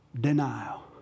denial